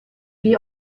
wie